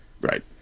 Right